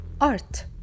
art